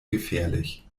gefährlich